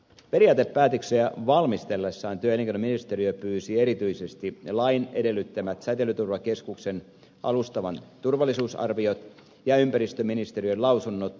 periaatepäätöksiä valmistellessaan työ ja elinkeinoministeriö pyysi erityisesti lain edellyttämät säteilyturvakeskuksen alustavat turvallisuusarviot ja ympäristöministeriön lausunnot